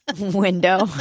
window